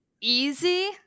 easy